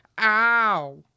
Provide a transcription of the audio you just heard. ow